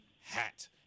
hat